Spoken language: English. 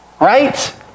right